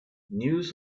news